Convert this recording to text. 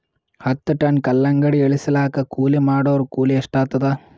ಹತ್ತ ಟನ್ ಕಲ್ಲಂಗಡಿ ಇಳಿಸಲಾಕ ಕೂಲಿ ಮಾಡೊರ ಕೂಲಿ ಎಷ್ಟಾತಾದ?